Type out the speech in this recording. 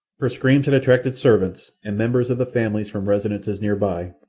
her screams had attracted servants and members of the families from residences near by,